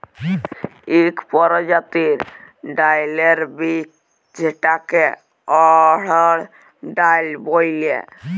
ইক পরজাতির ডাইলের বীজ যেটাকে অড়হর ডাল ব্যলে